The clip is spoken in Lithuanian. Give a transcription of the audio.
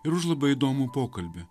ir už labai įdomų pokalbį